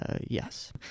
Yes